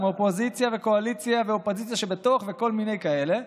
אופוזיציה וקואליציה ואופוזיציה שבתוך וכל מיני כאלה,